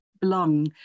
belong